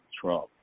Trump